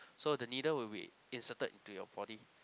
so the needle will be inserted into your body